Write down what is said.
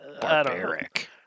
Barbaric